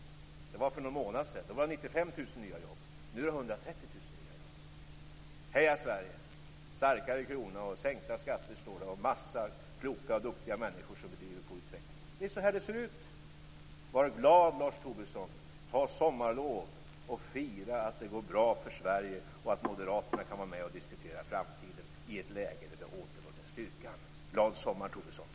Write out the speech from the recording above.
Det var för någon månad sedan. Då var det 95 000 nya jobb. Nu är det 130 000 nya jobb. Heja Sverige! Starkare krona och sänkta skatter, står det. Det finns en massa kloka och duktiga människor som driver på utvecklingen. Det är så här det ser ut. Var glad, Lars Tobisson! Ta sommarlov och fira att det går bra för Sverige och att Moderaterna kan vara med och diskutera framtiden i ett läge där vi har återvunnit styrkan! Glad sommar, Tobisson!